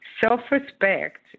Self-respect